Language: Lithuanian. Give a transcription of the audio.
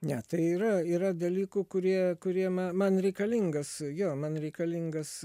ne tai yra yra dalykų kurie kurie ma man reikalingas jo man reikalingas